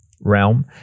realm